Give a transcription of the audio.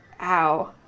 Ow